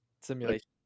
simulation